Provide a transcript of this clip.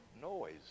noise